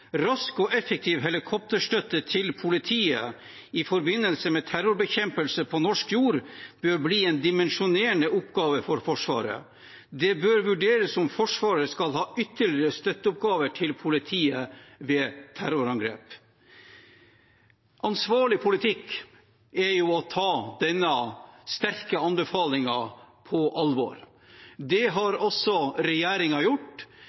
og effektiv helikopterstøtte til politiet i forbindelse med terrorbekjempelse på norsk jord bør bli en dimensjonerende oppgave for Forsvaret. Det bør vurderes om Forsvaret skal ha ytterligere støtteoppgaver til politiet ved terrorangrep.» Ansvarlig politikk er jo å ta denne sterke anbefalingen på alvor. Det har også regjeringen gjort;